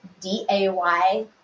D-A-Y